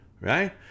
right